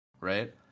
right